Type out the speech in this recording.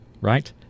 right